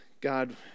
God